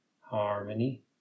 harmony